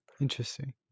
Interesting